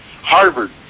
Harvard